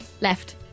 Left